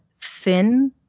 thin